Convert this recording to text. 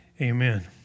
amen